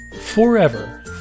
forever